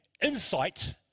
insight